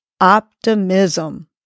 optimism